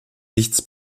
nichts